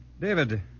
David